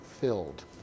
filled